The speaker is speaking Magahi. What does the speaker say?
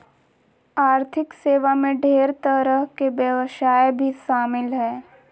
आर्थिक सेवा मे ढेर तरह के व्यवसाय भी शामिल हय